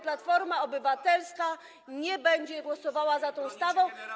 Platforma Obywatelska nie będzie głosowała za tą ustawą.